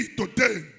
today